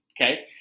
Okay